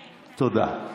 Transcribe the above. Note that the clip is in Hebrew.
תודה.